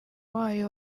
wayo